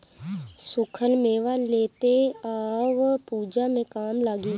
सुखल मेवा लेते आव पूजा में काम लागी